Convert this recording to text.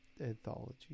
Anthology